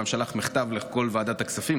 וגם שלח מכתב לכל ועדת הכספים,